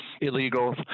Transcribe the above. illegal